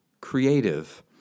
creative